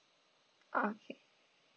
okay